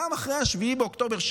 גם אחרי 7 באוקטובר,